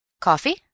Coffee